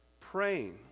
praying